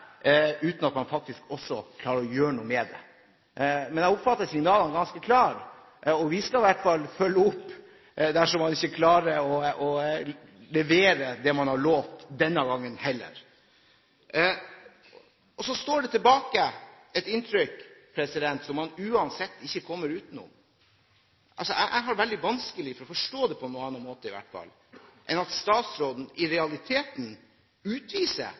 uten at man faktisk også klarer å gjøre noe med det. Men jeg oppfatter signalene som ganske klare, og vi skal i hvert fall følge opp dersom man ikke klarer å levere det man har lovet, denne gangen heller. Så står det tilbake et inntrykk som man uansett ikke kommer utenom. Jeg har veldig vanskelig for å forstå det på noen annen måte i hvert fall enn at statsråden i realiteten utviser